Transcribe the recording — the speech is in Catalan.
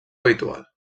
habitual